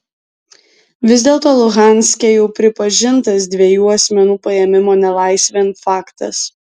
vis dėlto luhanske jau pripažintas dviejų asmenų paėmimo nelaisvėn faktas